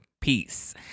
Peace